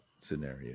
scenario